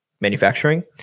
Manufacturing